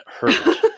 hurt